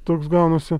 toks gaunasi